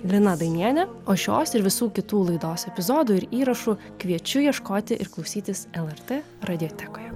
lina dainienė o šios ir visų kitų laidos epizodų ir įrašų kviečiu ieškoti ir klausytis lrt radiotekoje